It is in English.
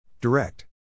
Direct